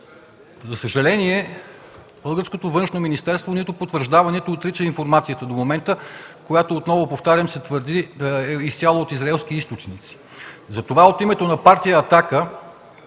За съжаление, българското Външно министерство нито потвърждава, нито отрича информацията до момента, в която, отново повтарям, се твърди да е изцяло от израелски източници. Затова от името на Партия „Атака”